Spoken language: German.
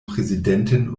präsidenten